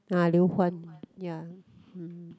ah Liu-Huan ya mm